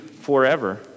forever